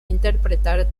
interpretar